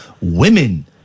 women